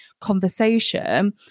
conversation